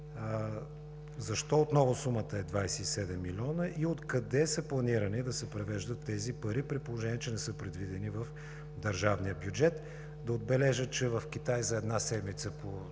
защо отново сумата е 27 милиона? От къде са планирани да се превеждат тези пари, при положение че не са предвидени в държавния бюджет? Да отбележа, че в Китай за една седмица на гола поляна